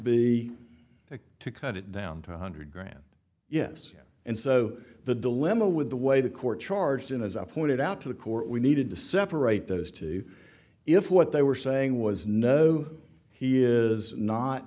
be to cut it down to a hundred grand yes and so the dilemma with the way the court charged in as i pointed out to the court we needed to separate those two if what they were saying was no he is not